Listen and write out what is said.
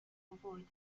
avoid